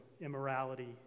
immorality